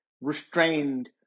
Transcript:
restrained